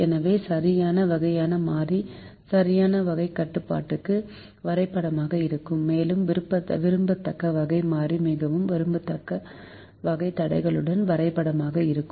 எனவே சரியான வகையான மாறி சரியான வகை கட்டுப்பாடுகளுக்கு வரைபடமாக இருக்கும் மேலும் விரும்பத்தக்க வகை மாறி மிகவும் விரும்பத்தகாத வகை தடைகளுக்கு வரைபடமாக இருக்கும்